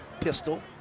pistol